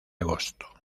agosto